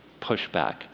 pushback